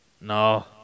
No